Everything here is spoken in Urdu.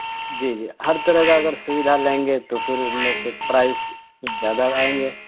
جی جی ہر طرح کا اگر سویدھا لیں گے تو پھر ان میں سے پرائس کچھ زیادہ آئیں گے